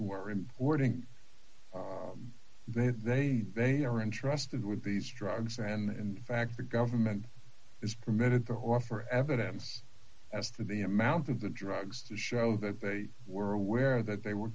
who were in boarding that they they are entrusted with these drugs and in fact the government is permitted to offer evidence as to the amount of the drugs to show that they were aware that they were